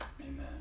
Amen